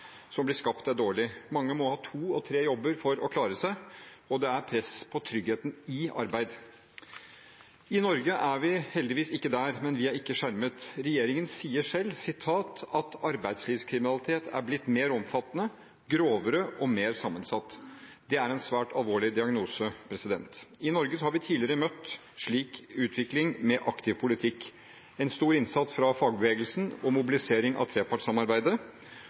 som blir skapt, er dårlig. Mange må ha både to og tre jobber for å klare seg, og det er press på tryggheten i arbeid. I Norge er vi heldigvis ikke der, men vi er ikke skjermet. Regjeringen sier selv at arbeidslivskriminaliteten er blitt mer omfattende, grovere og mer sammensatt. Det er en svært alvorlig diagnose. I Norge har vi tidligere møtt en slik utvikling med aktiv politikk, stor innsats fra fagbevegelsen og mobilisering av trepartssamarbeidet.